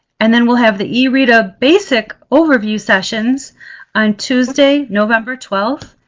and then we'll have the ereta basic overview sessions on tuesday, november twelfth,